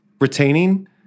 retaining